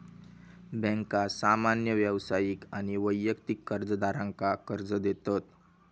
बँका सामान्य व्यावसायिक आणि वैयक्तिक कर्जदारांका कर्ज देतत